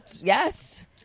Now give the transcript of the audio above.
Yes